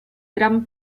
gran